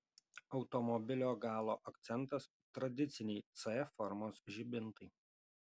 automobilio galo akcentas tradiciniai c formos žibintai